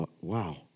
wow